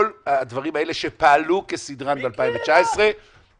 כל הדברים האלה שפעלו כסדרן ב-2019 -- מיקי העלה?